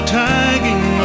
tagging